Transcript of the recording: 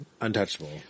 Untouchable